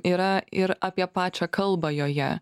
yra ir apie pačią kalbą joje